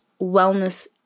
wellness